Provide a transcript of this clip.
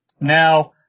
Now